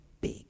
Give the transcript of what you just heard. big